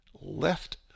left